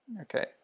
Okay